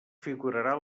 figurarà